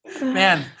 Man